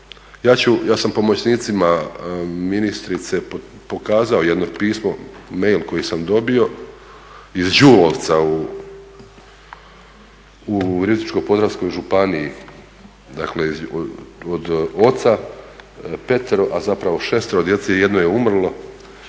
ja sam pomoćnicima ministrice pokazao jedno pismo, mail koji sam dobio iz Đulovca u Virovitičko-podravskoj županiji od oca 5 a zapravo 6 djece, jedno je umrlo,